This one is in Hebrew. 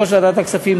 מנהל ועדת הכספים,